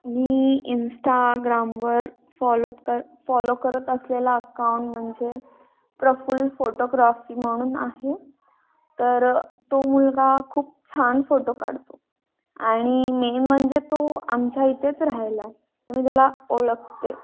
मी इंस्टाग्रामवर फॉलो कर फॉलो करत असलेला अकाऊंट म्हणजे प्रफुल्ल फोटोग्रॉफी म्हणून आहे तर तो मुलगा खूप छान फोटो काढतो आणि मेन म्हणजे तो आमच्या इथेच रहायला आहे तर मी ज्याला ओळखते